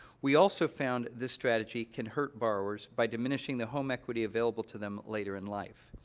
we also found this strategy can hurt borrowers by diminishing the home equity available to them later in life.